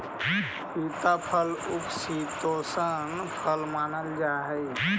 सीताफल उपशीतोष्ण फल मानल जा हाई